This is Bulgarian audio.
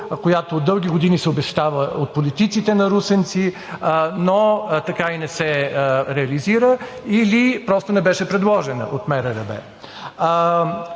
която дълги години се обещава от политиците на русенци, но така и не се реализира, или просто не беше предложена от МРРБ?